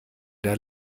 der